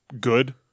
good